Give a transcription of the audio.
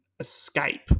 escape